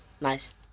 Nice